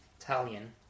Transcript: Italian